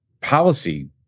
policy